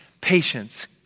patience